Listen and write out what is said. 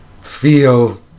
feel